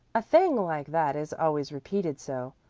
a thing like that is always repeated so.